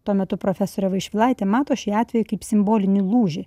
tuo metu profesorė vaišvilaitė mato šį atvejį kaip simbolinį lūžį